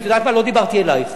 את יודעת מה, לא דיברתי אלייך.